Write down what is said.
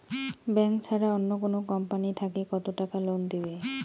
Bank ছাড়া অন্য কোনো কোম্পানি থাকি কত টাকা লোন দিবে?